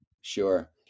Sure